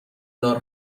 دار